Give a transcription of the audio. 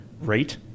rate